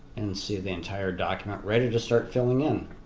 and see the entire document ready to start filling in.